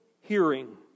hearing